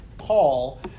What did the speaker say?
Paul